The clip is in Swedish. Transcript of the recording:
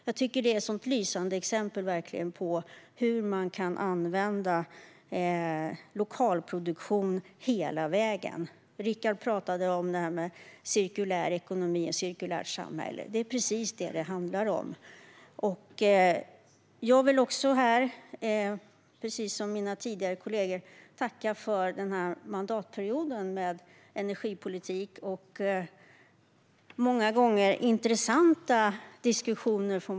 Jag tycker att detta är ett lysande exempel på hur man kan använda lokalproduktion hela vägen. Rickard talade om cirkulär ekonomi och ett cirkulärt samhälle; det är precis det som det handlar om. Jag vill, precis som mina kollegor har gjort tidigare, tacka för denna mandatperiod med energipolitik och många gånger intressanta diskussioner.